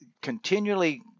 continually